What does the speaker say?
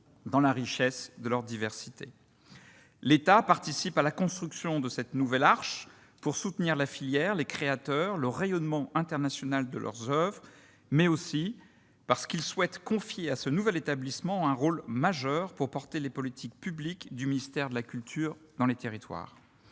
dans la richesse de leur diversité. L'État participe à la construction de cette nouvelle arche pour soutenir la filière, les créateurs, le rayonnement international de leurs oeuvres, mais aussi parce qu'il souhaite confier à ce nouvel établissement un rôle majeur pour déployer les politiques publiques du ministère de la culture dans les territoires.